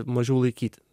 mažiau laikyti